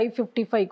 55